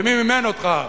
ומי מימן אותך,